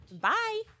bye